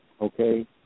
okay